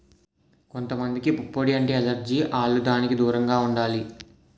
కొంత మందికి పుప్పొడి అంటే ఎలెర్జి ఆల్లు దానికి దూరంగా ఉండాలి